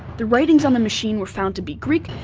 the writings on the machine were found to be greek,